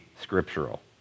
scriptural